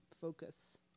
focus